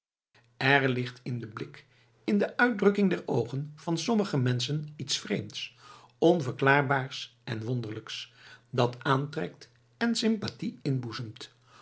er ligt in den blik in de uitdrukking der oogen van sommige menschen iets vreemds onverklaarbaars en wonderlijks dat aantrekt en sympathie